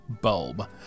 bulb